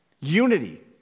unity